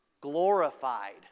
glorified